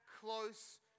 close